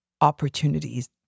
opportunities